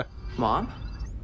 Mom